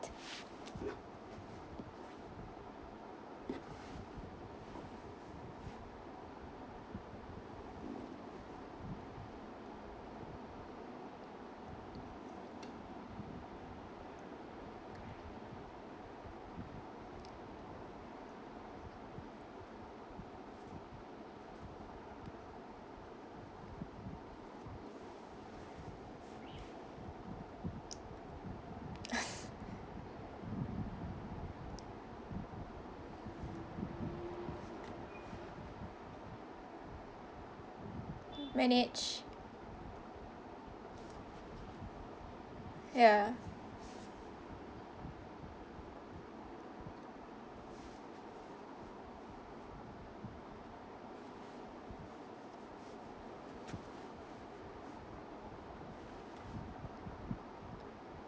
manage ya